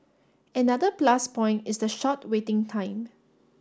another plus point is the short waiting time